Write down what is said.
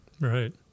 Right